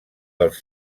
dels